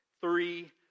Three